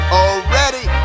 already